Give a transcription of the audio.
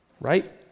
right